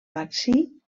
vaccí